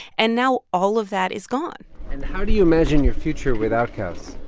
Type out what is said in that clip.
and now all of that is gone and how do you imagine your future without cows?